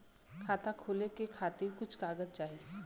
खाता खोले के खातिर कुछ कागज चाही?